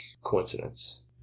coincidence